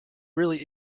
really